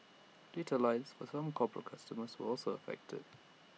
data lines for some corporate customers were also affected